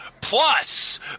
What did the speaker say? plus